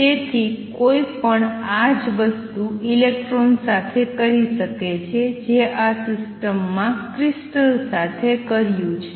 તેથી કોઈ પણ આ જ વસ્તુ ઇલેક્ટ્રોન સાથે કરી શકે છે જે આ કિસ્સામાં ક્રિસ્ટલ સાથે કરિયું છે